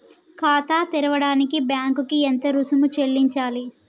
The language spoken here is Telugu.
ఖాతా తెరవడానికి బ్యాంక్ కి ఎంత రుసుము చెల్లించాలి?